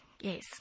yes